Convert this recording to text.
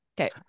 Okay